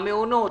המעונות,